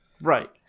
Right